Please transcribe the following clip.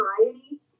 variety